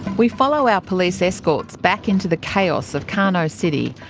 we follow our police escorts back into the chaos of kano city,